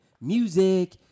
music